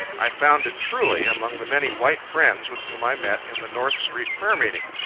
i found it truly, among the many white friends with whom i met in the north street prayer meeting.